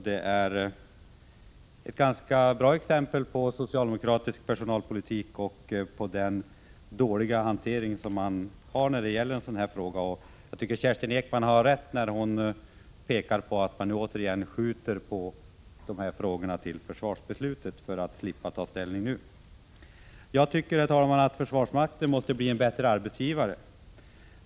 Detta är ett ganska bra exempel på socialdemokratisk personalpolitik och den dåliga hanteringen av dessa frågor. Jag tycker, herr talman, att Kerstin Ekman har rätt när hon påtalar att man återigen skjuter på dessa frågor tills försvarsbeslutet skall fattas för att slippa ta ställning nu. Försvarsmakten måste enligt min mening bli en bättre arbetsgivare.